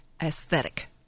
aesthetic